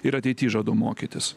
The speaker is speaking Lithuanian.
ir ateity žadu mokytis